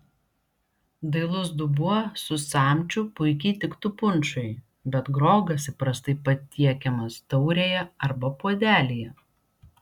dailus dubuo su samčiu puikiai tiktų punšui bet grogas įprastai patiekiamas taurėje arba puodelyje